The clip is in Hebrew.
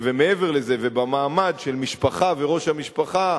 ומעבר לזה, במעמד של משפחה ושל ראש המשפחה,